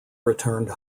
returned